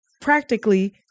practically